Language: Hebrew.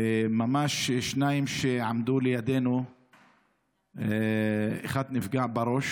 וממש, שניים שעמדו לידינו, אחד נפגע בראש